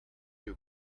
too